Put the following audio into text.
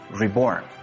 reborn